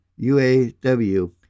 UAW